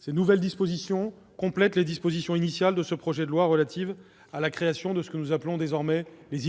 Ces nouvelles dispositions complètent les dispositions initiales de ce projet de loi relatives à la création de ce que nous appelons désormais les